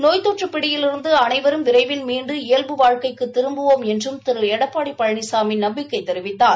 நோய் தொற்று பிடியிலிருந்து அனைவரும் விரைவில் மீண்டு இயல்பு வாழ்க்கைக்கு திரும்புவோம் என்றும் திரு எடப்பாடி பழனிசாமி நம்பிக்கை தெரிவித்தார்